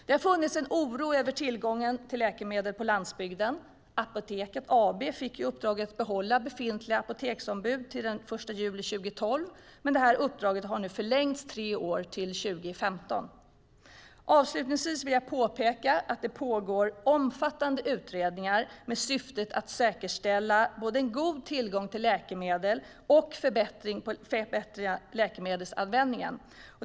Det har funnits en oro över tillgången till läkemedel på landsbygden. Apoteket AB fick i uppdrag att behålla befintliga apoteksombud till den 1 juli 2012, men detta uppdrag har nu förlängts tre år till 2015. Avslutningsvis vill jag påpeka att det pågår omfattande utredningar med syftet att säkerställa både en god tillgång till läkemedel och förbättrad läkemedelsanvändning.